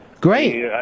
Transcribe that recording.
Great